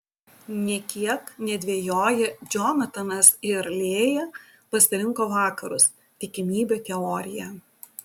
nė kiek nedvejoję džonatanas ir lėja pasirinko vakarus tikimybių teoriją